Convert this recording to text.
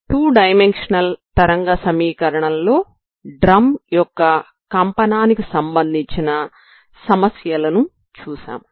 two dimensional తరంగ సమీకరణం లో డ్రమ్ యొక్క కంపనానికి సంబంధించిన సమస్యలను చూశాము